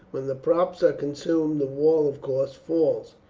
when the props are consumed the wall of course falls,